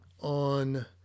on